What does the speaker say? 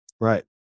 right